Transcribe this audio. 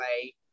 play